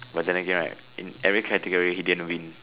but then again right in every category he didn't win